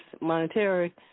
monetary